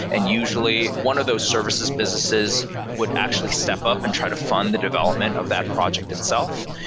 and usually one of those services businesses would actually step up and try to fund the development of that project itself.